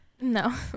No